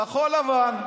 כחול לבן,